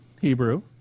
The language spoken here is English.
Hebrew